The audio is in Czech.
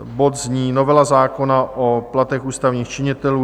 Bod zní Novela zákona o platech ústavních činitelů.